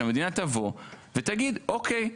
ותגיד אוקיי,